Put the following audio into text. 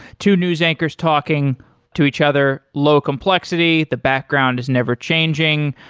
two news anchors talking to each other, low complexity, the background is never changing.